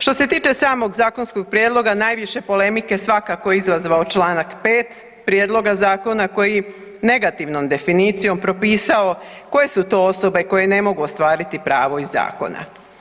Što se tiče samog zakonskog prijedloga najviše polemike svakako je izazvao članak 5. Prijedloga zakona koji je negativnom definicijom propisao koje su to osobe koje ne mogu ostvariti pravo iz zakona.